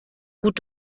gut